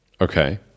okay